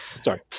Sorry